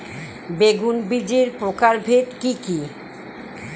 বেগুন বীজের প্রকারভেদ কি কী?